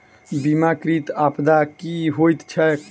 बीमाकृत आपदा की होइत छैक?